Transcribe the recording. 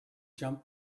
jump